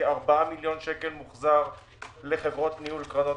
כ-4 מיליון שקלים מוחזרים לחברות ניהול קרנות